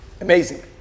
Amazing